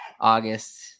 August